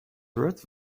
ruth